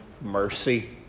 mercy